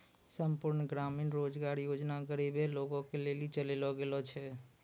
संपूर्ण ग्रामीण रोजगार योजना गरीबे लोगो के लेली चलैलो गेलो छै